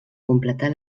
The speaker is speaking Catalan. completar